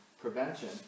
prevention